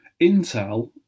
Intel